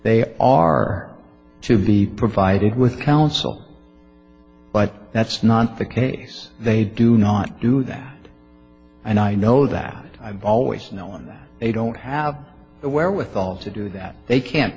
they are to be provided with counsel but that's not the case they do not do that and i know that i've always known that they don't have the wherewithal to do that they can't